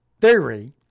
theory